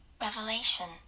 Revelation